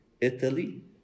Italy